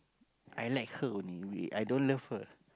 I like her only we i don't love her